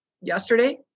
yesterday